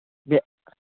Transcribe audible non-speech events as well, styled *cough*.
*unintelligible*